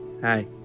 Hi